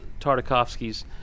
Tartakovsky's